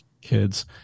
kids